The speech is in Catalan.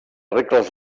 regles